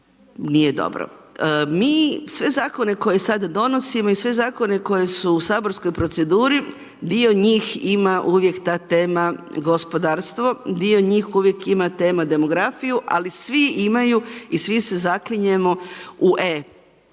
nije dobro. Mi sve zakone koje sada donosimo i sve zakone koji su u saborskoj proceduri, dio njih ima uvijek ta tema gospodarstvo, dio njih uvijek ima temu demografiju, ali svi imaju i svi se zaklinjemo u e,